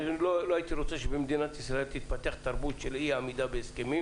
לא הייתי רוצה שבמדינת ישראל תתפתח תרבות של אי עמידה בהסכמים